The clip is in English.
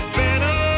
better